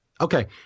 Okay